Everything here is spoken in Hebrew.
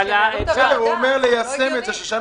לא צריך להתפרץ.